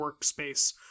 workspace